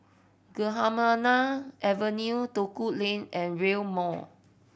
Gymkhana Avenue Duku Lane and Rail Mall